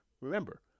Remember